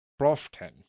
Proften